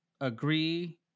agree